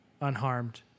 unharmed